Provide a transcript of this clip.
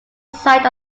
site